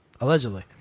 Allegedly